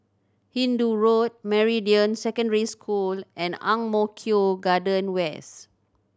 Hindoo Road Meridian Secondary School and Ang Mo Kio Garden West